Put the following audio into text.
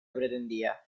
pretendía